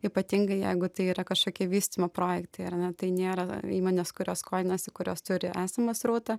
ypatingai jeigu tai yra kažkokie vystymo projektai ar ne tai nėra įmonės kurios skolinasi kurios turi esamą srautą